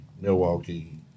Milwaukee